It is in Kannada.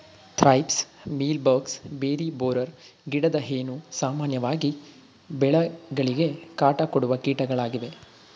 thrips, mealy bugs, berry borer, ಗಿಡದ ಹೇನು, ಸಾಮಾನ್ಯವಾಗಿ ಬೆಳೆಗಳಿಗೆ ಕಾಟ ಕೊಡುವ ಕೀಟಗಳಾಗಿವೆ